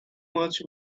much